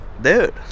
Dude